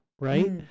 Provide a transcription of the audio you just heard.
right